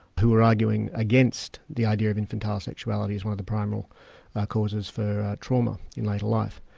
who were arguing against the idea of infantile sexuality as one of the primal causes for trauma in later life.